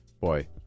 Boy